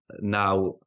now